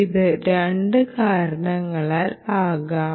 ഇത് രണ്ട് കാരണങ്ങളാൽ ആകാം